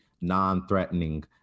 non-threatening